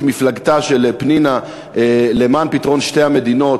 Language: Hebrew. מפלגתה של פנינה למען פתרון שתי המדינות,